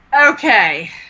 Okay